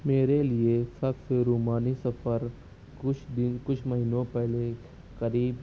میرے لیے سب سے رومانی سفر کچھ دن کچھ مہینوں پہلے قریب